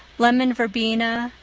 lemon verbena,